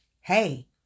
Hey